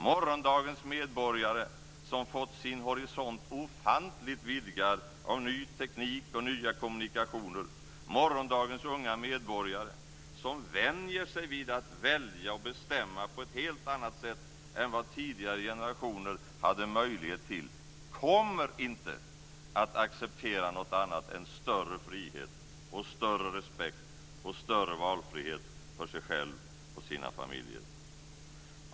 Morgondagens medborgare, som fått sin horisont ofantligt vidgad av ny teknik och nya kommunikationer, morgondagens unga medborgare, som vänjer sig vid att välja och bestämma på ett helt annat sätt än vad tidigare generationer hade möjlighet till, kommer inte att acceptera något annat än större frihet, större respekt och större valfrihet för sig själva och sina familjer.